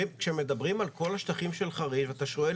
כשמדברים על כל השטחים של חריש ואתה שואל